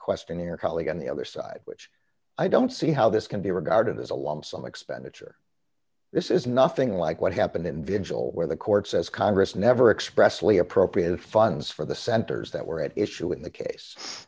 question your colleague on the other side which i don't see how this can be regarded as a lump sum expenditure this is nothing like what happened in vigil where the court says congress never expressly appropriated funds for the centers that were at issue in the case